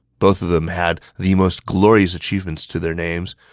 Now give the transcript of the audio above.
both of them had the most glorious achievements to their names,